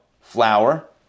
flour